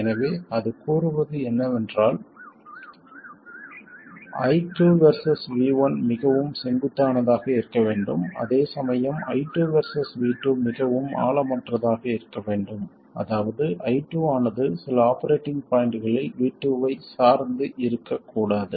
எனவே அது கூறுவது என்னவென்றால் I2 வெர்சஸ் V1 மிகவும் செங்குத்தானதாக இருக்க வேண்டும் அதேசமயம் I2 வெர்சஸ் V2 மிகவும் ஆழமற்றதாக இருக்க வேண்டும் அதாவது I2 ஆனது சில ஆபரேட்டிங் பாய்ண்ட்களில் V2 ஐச் சார்ந்து இருக்கக்கூடாது